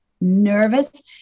nervous